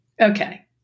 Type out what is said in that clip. Okay